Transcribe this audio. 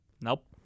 Nope